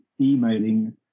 emailing